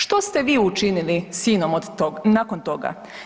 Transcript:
Što ste vi učinili s INOM od tog, nakon toga?